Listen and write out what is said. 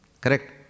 correct